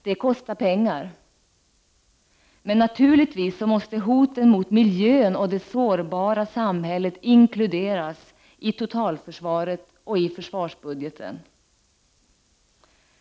Det kostar pengar, men hoten mot miljön och det sårbara samhället måste naturligtvis inkluderas i totalförsvaret och försvarsbudgeten.